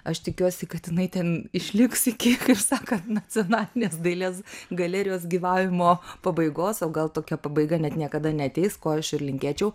aš tikiuosi kad jinai ten išliks iki kaip sako nacionalinės dailės galerijos gyvavimo pabaigos o gal tokia pabaiga net niekada neateis ko aš ir linkėčiau